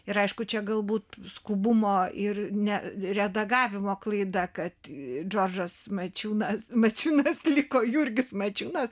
ir aišku čia galbūt skubumo ir ne redagavimo klaida kad džordžas mačiūnas mačiūnas liko jurgis mačiūnas